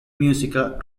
music